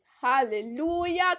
Hallelujah